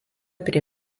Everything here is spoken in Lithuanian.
prie